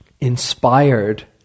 inspired